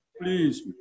Please